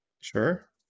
Sure